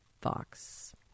Fox